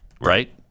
right